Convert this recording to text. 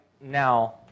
now